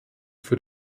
für